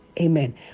Amen